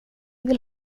vill